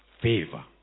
Favor